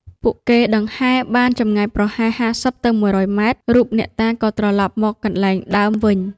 ពួកគេដង្ហែបានចម្ងាយប្រហែល ៥០ ទៅ ១០០ ម៉ែត្រ រូបអ្នកតាក៏ត្រឡប់មកកន្លែងដើមវិញ។